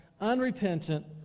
unrepentant